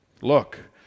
Look